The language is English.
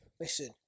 listen